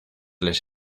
les